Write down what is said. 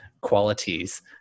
qualities